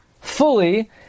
fully